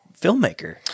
filmmaker